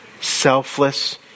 selfless